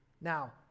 now